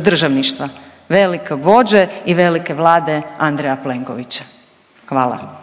državništva, velikog vođe i velike Vlade Andreja Plenkovića. Hvala.